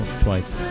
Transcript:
Twice